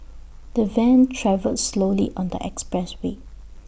the van travelled slowly on the expressway